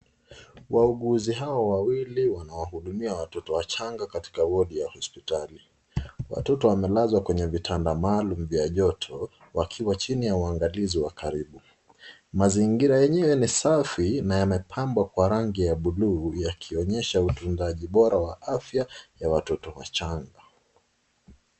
Wauguzi hawa wawili wana wahudumuia watoto wachanga katika wodi ya hospitali. Watoto wamelazwa kwenye vitanda maalumu vya joto, wakiwa chini ya uangalizi wa karibu. Mazingira yenyewe ni safi na yamepambwa kwa rangi ya (cs)blue(cs), yakionyesha upindaji bora wa afya ya watoto wachanga.